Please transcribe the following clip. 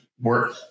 work